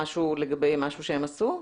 משהו לגבי משהו שהם עשו?